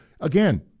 again